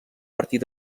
partir